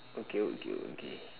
okay okay okay